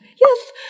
Yes